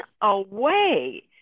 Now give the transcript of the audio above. away